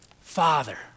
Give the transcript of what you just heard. Father